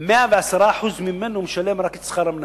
הוא כזה ש-110% ממנו זה רק שכר המנהל.